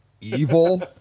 evil